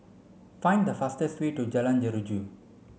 find the fastest way to Jalan Jeruju